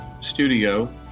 studio